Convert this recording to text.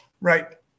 Right